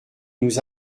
nous